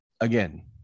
again